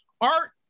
art